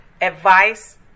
advice